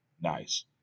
nice